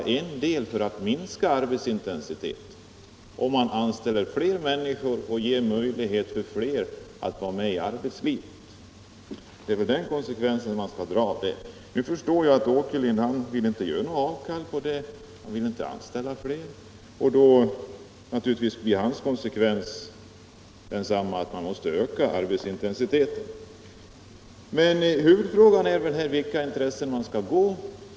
Konsekvensen skall väl vara att man anställer fler människor och ger möjlighet för fler att vara med i arbetslivet. Men jag förstår att herr Åkerlind inte vill anställa fler, och då blir hans slutsats att man måste öka arbetsintensiteten. Huvudfrågan är vilka intressen man skall tillgodose.